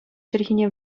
чӗлхине